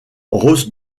rose